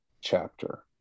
chapter